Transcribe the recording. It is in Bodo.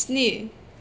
स्नि